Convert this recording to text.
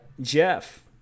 Jeff